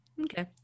Okay